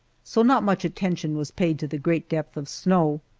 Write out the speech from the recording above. so not much attention was paid to the great depth of snow.